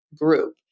group